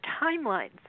timelines